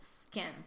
skin